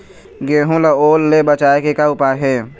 गेहूं ला ओल ले बचाए के का उपाय हे?